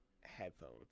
headphones